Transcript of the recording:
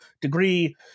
degree